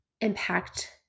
impact